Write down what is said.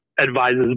advises